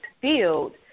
field